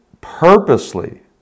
purposely